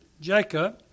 Jacob